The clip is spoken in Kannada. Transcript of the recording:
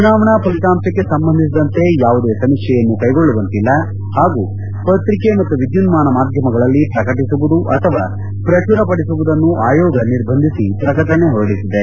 ಚುನಾವಣಾ ಫಲಿತಾಂಶಕ್ಕೆ ಸಂಬಂಧಿಸಿದಂತೆ ಯಾವುದೇ ಸಮೀಕ್ಷೆಯನ್ನು ಕೈಗೊಳ್ಳುವಂತಿಲ್ಲ ಹಾಗೂ ಪತ್ರಿಕೆ ಮತ್ತು ವಿದ್ಯುನ್ನಾನ ಮಾಧ್ಯಮಗಳಲ್ಲಿ ಪ್ರಕಟಿಸುವುದು ಅಥವಾ ಪ್ರಚುರಪಡಿಸುವುದನ್ನು ಆಯೋಗ ನಿರ್ಬಂಧಿಸಿ ಪ್ರಕಟಣೆ ಹೊರಡಿಸಿದೆ